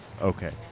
Okay